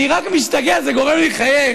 אני רק משתגע, זה גורם לי לחייך.